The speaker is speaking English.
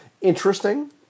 Interesting